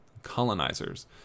colonizers